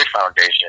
foundation